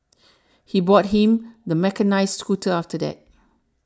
he bought him the mechanised scooter after that